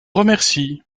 remercie